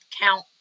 count